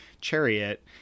chariot